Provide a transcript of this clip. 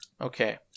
Okay